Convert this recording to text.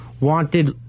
Wanted